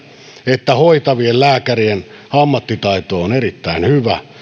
että hoitavien lääkärien ammattitaito on erittäin hyvä